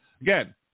Again